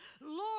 Lord